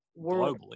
globally